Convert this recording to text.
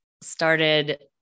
started